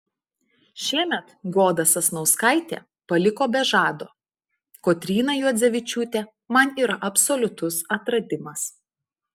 šiemet goda sasnauskaitė paliko be žado kotryna juodzevičiūtė man yra absoliutus atradimas